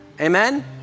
amen